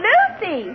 Lucy